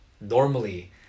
normally